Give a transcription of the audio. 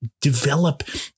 develop